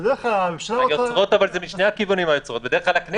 (1)רמת התחלואה בנגיף הקורונה באותו אזור ובסביבתו